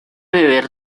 beber